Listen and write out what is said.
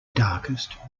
darkest